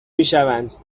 میشوند